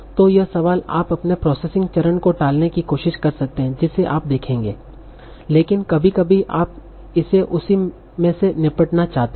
तो यह सवाल आप अगले प्रोसेसिंग चरण को टालने की कोशिश कर सकते हैं जिसे आप देखेंगे लेकिन कभी कभी आप इसे उसी में से निपटना चाहते हैं